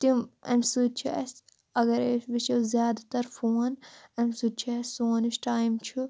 تِم اَمہِ سۭتۍ چھِ اَسہِ اگرَے أسۍ وٕچھو زیادٕ تر فون اَمہٕ سۭتۍ چھُ اَسہِ سون یُس ٹایم چھُ